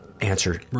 answer